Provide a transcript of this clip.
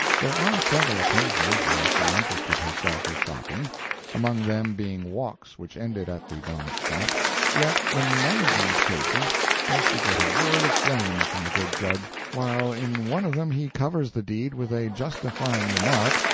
there are several occasions where she interested herself with shopping among them being walks which ended at the bonnet-shop yet in none of these cases does she get a word of blame from the good judge, while in one of them he covers the deed with a justifying remark,